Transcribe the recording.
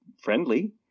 friendly